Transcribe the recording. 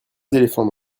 éléphants